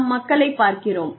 நாம் மக்களைப் பார்க்கிறோம்